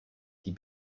die